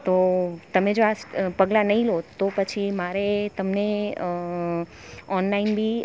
તો તમે જો આ પગલાં નહીં લો તો પછી મારે તમને ઓનલાઇન બી